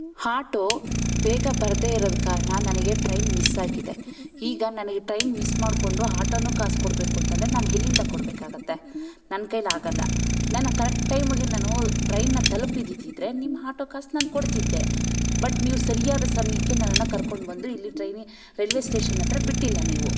ಹಾಟೋ ಬೇಗ ಬರದೇ ಇರೋದು ಕಾರಣ ನನಗೆ ಟ್ರೈನ್ ಮಿಸ್ಸ್ ಆಗಿದೆ ಈಗ ನನಗೆ ಟ್ರೈನ್ ಮಿಸ್ ಮಾಡಿಕೊಂಡು ಹಾಟೋನು ಕಾಸು ಕೊಡಬೇಕು ಅಂತಂದ್ರೆ ನಾನು ಎಲ್ಲಿಂದ ಕೊಡ್ಬೇಕಾಗುತ್ತೆ ನನ್ನ ಕೈಲಿ ಆಗೋಲ್ಲ ನನ್ನ ಕರಕ್ಟ್ ಟೈಮಗೆ ನಾನು ಟ್ರೈನ್ನ ತಲುಪ್ದಿದ್ದಿದ್ರೆ ನಿಮ್ಮ ಹಾಟೋ ಕಾಸು ನಾನು ಕೊಡ್ತಿದ್ದೆ ಬಟ್ ನೀವು ಸರಿಯಾದ ಸಮ್ಯಕ್ಕೆ ನನ್ನನ್ನ ಕರ್ಕೊಂಡ್ಬಂದು ಇಲ್ಲಿ ಟ್ರೈನಿ ರೈಲ್ವೇ ಸ್ಟೇಷನ್ ಹತ್ರ ಬಿಟ್ಟಿಲ್ಲ ನೀವು